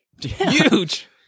Huge